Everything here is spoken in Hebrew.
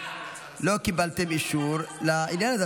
אבל לא קיבלתם אישור לעניין הזה,